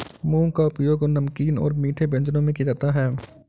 मूंग का उपयोग नमकीन और मीठे व्यंजनों में किया जाता है